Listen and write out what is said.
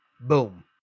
Boom